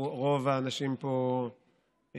רוב האנשים פה משכו.